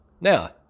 Now